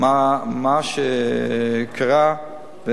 מה שקרה,